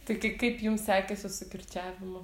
taigi kai kaip jums sekėsi su kirčiavimu